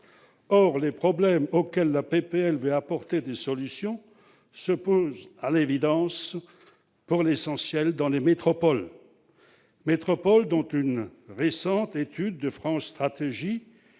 Les problèmes auxquels le texte veut apporter une solution se posent à l'évidence, et pour l'essentiel, dans les métropoles, métropoles dont une récente étude de France Stratégie